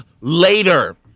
later